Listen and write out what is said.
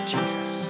Jesus